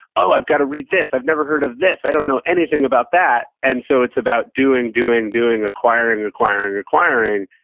oh, i've got to read this. i've never heard of this. i don't know anything about that. and so, it's about doing, doing, doing, acquiring, acquiring, acquiring,